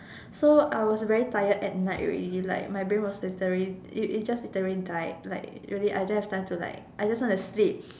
so I was very tired at night already like my brain was literally it it just literally died like really I don't have time to like I just want to sleep